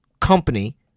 company